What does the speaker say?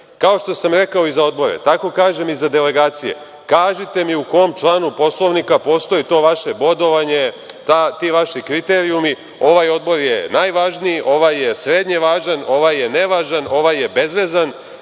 Kao što sam rekao i za odbore, tako kažem i za delegacije. Kažite mi u kom članu Poslovnika postoji to vaše bodovanje, ti vaši kriterijumi – ovaj odbor je najvažniji, ovaj je srednje važan, ovaj je nevažan, ovaj je bezvezan,